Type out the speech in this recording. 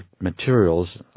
materials